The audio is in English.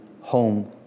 home